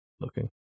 looking